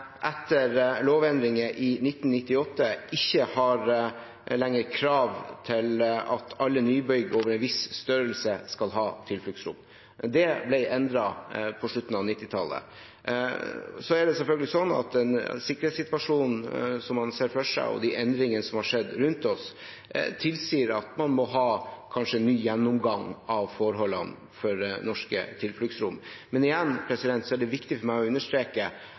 etter lovendringer i 1998 ikke lenger har krav til at alle nybygg over en viss størrelse skal ha tilfluktsrom. Det ble endret på slutten av 1990-tallet. Så er det selvfølgelig sånn at den sikkerhetssituasjonen man ser for seg, og de endringene som har skjedd rundt oss, tilsier at man kanskje må ha en ny gjennomgang av forholdene for norske tilfluktsrom, men igjen er det viktig for meg å understreke